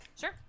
Sure